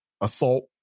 assault